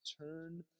turn